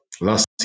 last